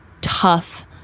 tough